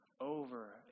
over